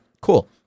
Cool